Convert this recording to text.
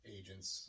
agents